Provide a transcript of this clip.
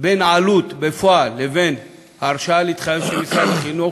בין העלות בפועל לבין ההרשאה להתחייב של משרד החינוך,